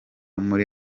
muri